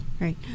Right